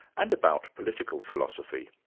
and about political philosophy.